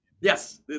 yes